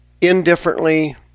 indifferently